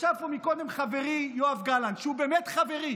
ישב פה קודם חברי יואב גלנט, שהוא באמת חברי,